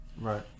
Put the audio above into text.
Right